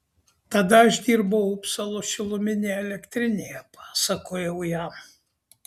tada aš dirbau upsalos šiluminėje elektrinėje pasakojau jam